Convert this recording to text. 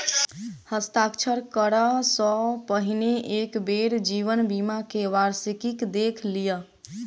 हस्ताक्षर करअ सॅ पहिने एक बेर जीवन बीमा के वार्षिकी देख लिअ